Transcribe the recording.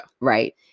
Right